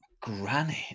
granite